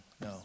no